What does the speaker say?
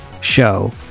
show